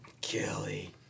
Kelly